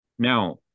Now